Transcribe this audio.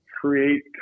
create